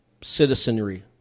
citizenry